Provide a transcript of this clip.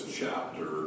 chapter